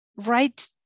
right